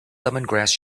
lemongrass